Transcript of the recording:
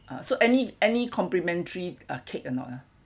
so any any complimentary uh cake or not ah